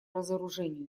разоружению